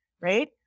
right